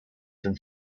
from